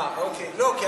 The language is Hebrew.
אה, אוקיי.